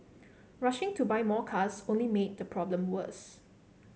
rushing to buy more cars only made the problem worse